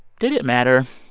did it matter?